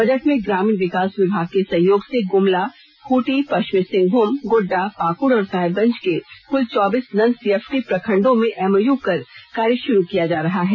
budget में ग्रामीण विकास विभाग के सहयोग से गुमला खूंटी पश्चिमी सिंहभूम गोड्डा पाकुड़ और साहेबगंज के कुल चौबीस नन सीएफटी प्रखंडों में एमओयू कर कार्य शुरू किया जा रहा है